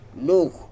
Look